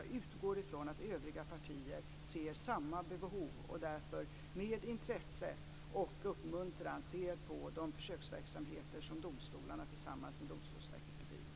Jag utgår från att övriga partier ser samma behov och därför med intresse och uppmuntran ser på de försöksverksamheter som domstolarna tillsammans med Domstolsverket bedriver.